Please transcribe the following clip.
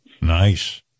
Nice